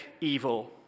evil